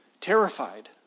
terrified